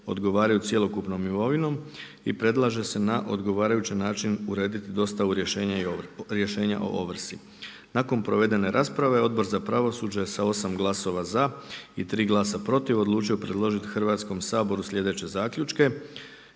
odgovaraju cjelokupnom imovinom i predlaže se na odgovarajući način urediti dostavu rješenja o ovrsi. Nakon provedene rasprave Odbor za pravosuđe je sa osam glasova za i tri glasa protiv odlučio predložiti Hrvatskom saboru sljedeće zaključke.